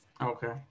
Okay